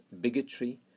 bigotry